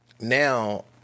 now